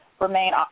remain